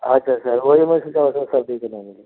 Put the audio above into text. अच्छा अच्छा रोज में का है सर्दी का नही मिली